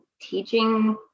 teaching